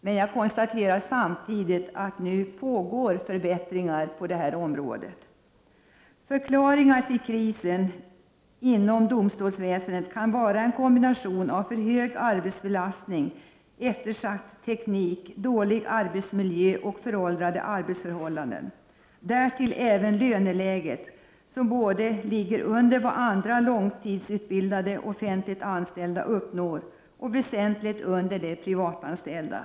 Men jag kan samtidigt konstatera att det nu pågår förbättringar inom detta område. Förklaringen till krisen inom domstolsväsendet kan sägas vara en kombination av för hög arbetsbelastning, eftersatt teknik, dålig arbetsmiljö och föråldrade arbetsförhållanden. Därtill kommer även löneläget. Lönerna ligger under vad andra långtidsutbildade offentligt anställda uppnår, och de ligger väsentligt under de privatanställdas.